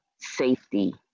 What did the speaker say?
safety